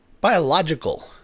Biological